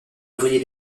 ouvrier